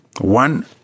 one